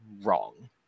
wrong